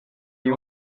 you